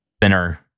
thinner